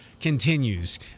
continues